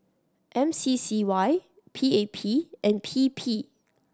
M C C Y P A P and P P